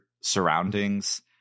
surroundings